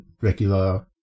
regular